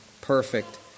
perfect